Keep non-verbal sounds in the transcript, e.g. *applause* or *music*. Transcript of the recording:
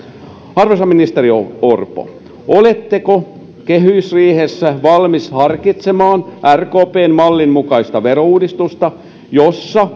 arvoisa ministeri orpo oletteko kehysriihessä valmis harkitsemaan rkpn mallin mukaista verouudistusta jossa *unintelligible*